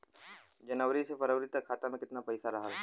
जनवरी से फरवरी तक खाता में कितना पईसा रहल?